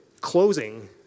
closing